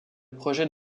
projette